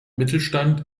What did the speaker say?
mittelstand